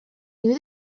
knew